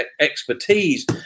expertise